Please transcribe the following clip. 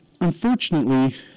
Unfortunately